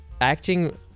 acting